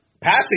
passing